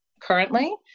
currently